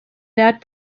that